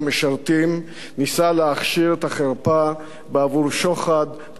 ניסה להכשיר את החרפה בעבור שוחד פוליטי נלוז.